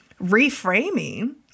reframing